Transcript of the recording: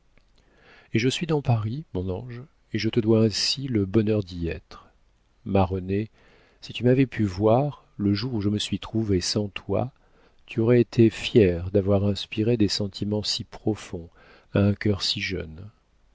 et je suis dans paris mon ange et je te dois ainsi le bonheur d'y être ma renée si tu m'avais pu voir le jour où je me suis trouvée sans toi tu aurais été fière d'avoir inspiré des sentiments si profonds à un cœur si jeune